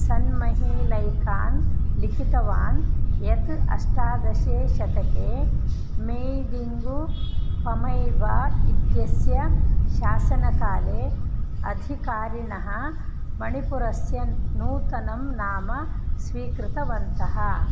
सन्मही लैकान् लिखितवान् यत् अष्टादशे शतके मेय्डिङ्गु हमैवा इत्यस्य शासनकाले अधिकारिणः मणिपुरस्य नूतनं नाम स्वीकृतवन्तः